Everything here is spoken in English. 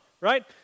right